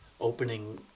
opening